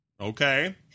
Okay